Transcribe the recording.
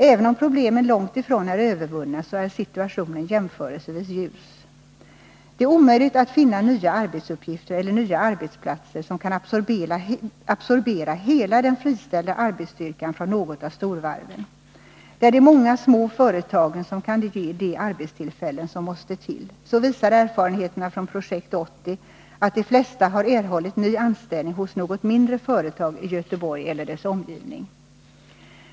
Även om problemen långt ifrån är övervunna, så är situationen jämförelsevis ljus. Det är omöjligt att finna nya arbetsuppgifter eller nya arbetsplatser som kan absorbera hela den friställda arbetsstyrkan från något av storvarven. Det är de många små företagen som kan ge de arbetstillfällen som måste till. Så visar erfarenheterna från Projekt 80 att de flesta har erhållit ny anställning hos något mindre företag i Göteborg eller dess omgivning.